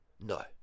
No